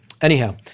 Anyhow